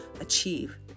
achieve